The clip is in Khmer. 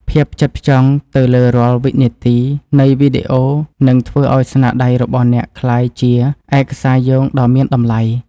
ភាពផ្ចិតផ្ចង់ទៅលើរាល់វិនាទីនៃវីដេអូនឹងធ្វើឱ្យស្នាដៃរបស់អ្នកក្លាយជាឯកសារយោងដ៏មានតម្លៃ។